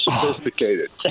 sophisticated